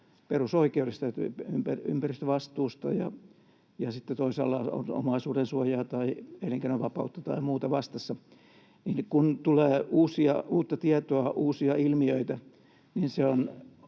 perusoikeudesta — on ympäristövastuu ja sitten toisaalla on omaisuudensuojaa tai elinkeinonvapautta tai muuta vastassa. Kun tulee uutta tietoa ja uusia ilmiöitä,